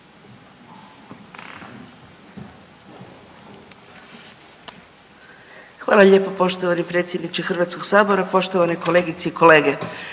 Hvala lijepa poštovani predsjedniče Hrvatskog sabora, poštovane zastupnice